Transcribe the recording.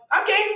okay